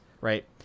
right